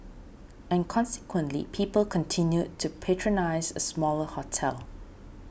and consequently people continued to patronise a smaller hotel